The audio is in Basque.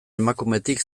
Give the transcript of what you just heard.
emakumetik